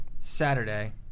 Saturday